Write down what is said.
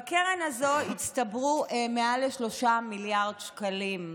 בקרן הזו הצטברו מעל ל-3 מיליארד שקלים.